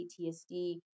PTSD